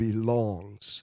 Belongs